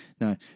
No